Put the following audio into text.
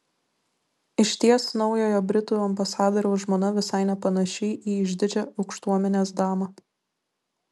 išties naujojo britų ambasadoriaus žmona visai nepanaši į išdidžią aukštuomenės damą